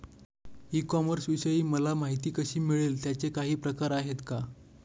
E कॉमर्सविषयी मला माहिती कशी मिळेल? त्याचे काही प्रकार आहेत का?